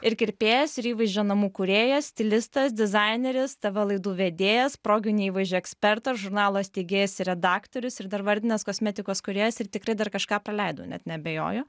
ir kirpėjas ir įvaizdžio namų kūrėjas stilistas dizaineris tv laidų vedėjas proginio įvaizdžio ekspertas žurnalo steigėjas ir redaktorius ir dar vardinės kosmetikos kūrėjas ir tikrai dar kažką praleidau net neabejoju